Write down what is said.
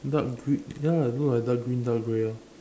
dark gree~ ya look like dark green dark grey orh